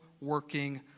working